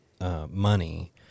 money